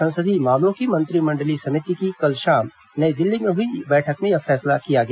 संसदीय मामलों की मंत्रिमंडलीय समिति की कल शाम नई दिल्ली में हुई बैठक में यह फैसला लिया गया